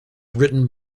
written